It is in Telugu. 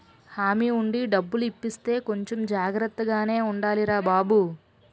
హామీ ఉండి డబ్బులు ఇప్పిస్తే కొంచెం జాగ్రత్తగానే ఉండాలిరా బాబూ